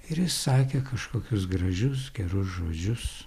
ir jis sakė kažkokius gražius gerus žodžius